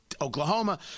Oklahoma